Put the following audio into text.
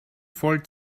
voll